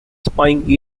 spying